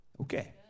Okay